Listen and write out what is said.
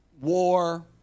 war